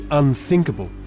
unthinkable